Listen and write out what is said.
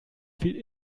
viel